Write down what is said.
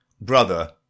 Brother